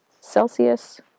Celsius